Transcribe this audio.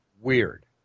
Weird